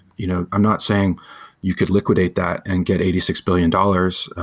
you know i'm not saying you could liquidate that and get eighty six billion dollars,